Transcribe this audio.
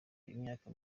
imyaka